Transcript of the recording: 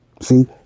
See